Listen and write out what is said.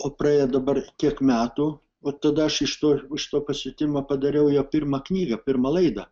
o praėjo dabar kiek metų vat tada aš iš to iš to pasiutimo padariau jo pirmą knygą pirmą laidą